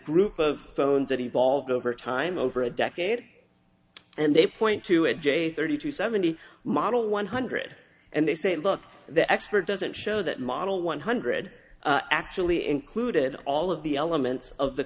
group of phones that evolved over time over a decade and they point to a j thirty to seventy model one hundred and they say look the expert doesn't show that model one hundred actually included all of the elements of the